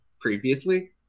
previously